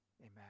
amen